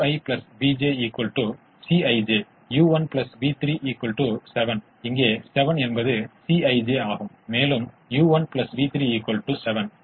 ஆகவே நான் முதன்மையானதை எழுதியுள்ளேன் சாத்தியமான தீர்வுகளின் தொகுப்பை எழுதுகிறேன் என்று வைத்துக் கொள்வோம் நான் இரட்டையையும் எழுதியுள்ளேன் மேலும் இரட்டைக்கு சாத்தியமான தீர்வுகளின் தொகுப்பை எழுதுகிறேன் எனவே அதே தொகுப்பைக் காட்டியுள்ளோம்